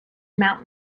mount